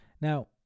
Now